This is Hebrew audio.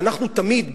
ואנחנו תמיד,